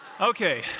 Okay